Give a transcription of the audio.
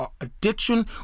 addiction